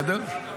סתם,